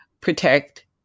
protect